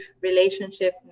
relationship